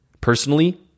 Personally